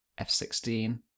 F16